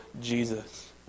Jesus